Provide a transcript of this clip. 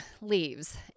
leaves